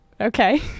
okay